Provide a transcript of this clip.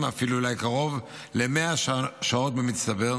אפילו אולי קרוב ל-100 שעות במצטבר.